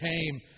came